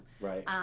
Right